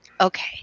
Okay